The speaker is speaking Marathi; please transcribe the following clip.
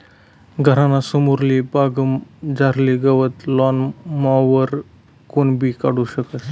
घरना समोरली बागमझारलं गवत लॉन मॉवरवरी कोणीबी काढू शकस